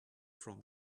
from